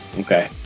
Okay